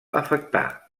afectar